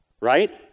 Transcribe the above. right